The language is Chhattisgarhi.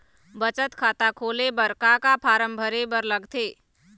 बचत खाता खोले बर का का फॉर्म भरे बार लगथे?